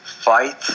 fight